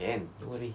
can don't worry